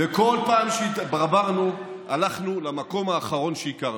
וכל פעם שהתברברנו, הלכנו למקום האחרון שהכרנו.